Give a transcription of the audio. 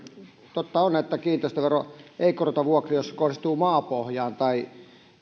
totta on että kiinteistövero ei korota vuokria jos se kohdistuu maapohjaan tai